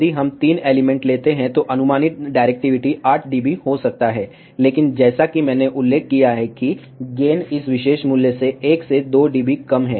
यदि हम तीन एलिमेंट लेते हैं तो अनुमानित डायरेक्टिविटी 8 डीबी हो सकता है लेकिन जैसा कि मैंने उल्लेख किया है कि गेन इस विशेष मूल्य से 1 से 2 डीबी कम है